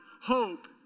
hope